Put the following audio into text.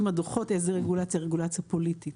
הדו"חות איזו רגולציה היא רגולציה פוליטית.